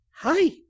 Hi